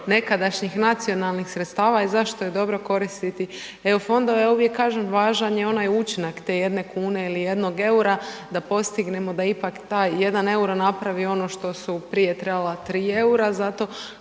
nekadašnjih nacionalnih sredstava i zašto je dobro koristiti EU fondove ja uvijek kažem važan je onaj učinak te jedne kune ili jednog EUR-a da postignemo da ipak taj jedan EUR-o napravi ono što su prije trebala 3 EUR-a zato